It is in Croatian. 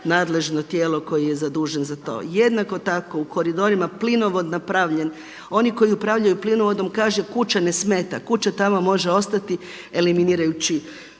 nadležno tijelo koji je zadužen za to. Jednako tako u koridorima plinovod napravljen. Oni koji upravljaju plinovodom kaže kuća ne smeta. Kuća tamo može ostati eliminirajući